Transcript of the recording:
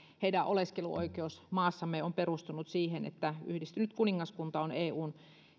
heidän oleskeluoikeutensa maassamme on perustunut siihen että yhdistynyt kuningaskunta oli eun